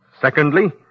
Secondly